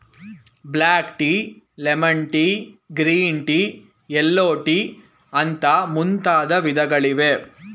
block tea, lemon tea, green tea, yellow tea ಅಂತ ಮುಂತಾದ ವಿಧಗಳಿವೆ